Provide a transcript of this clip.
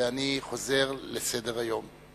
אנחנו חוזרים לסדר-היום.